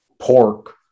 pork